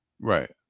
right